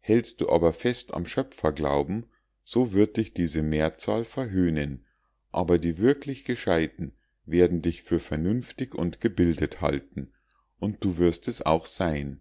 hältst du aber fest am schöpferglauben so wird dich diese mehrzahl verhöhnen aber die wirklich gescheiten werden dich für vernünftig und gebildet halten und du wirst es auch sein